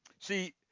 See